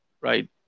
right